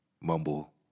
mumble